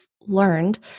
learned